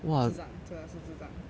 智障真的是智障